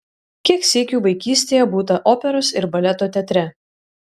kiek sykių vaikystėje būta operos ir baleto teatre